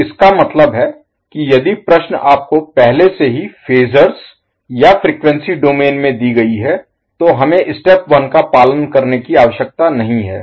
तो इसका मतलब है कि यदि प्रश्न आपको पहले से ही फेजर्स या फ्रीक्वेंसी डोमेन में दी गई है तो हमें स्टेप 1 का पालन करने की आवश्यकता नहीं है